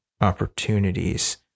opportunities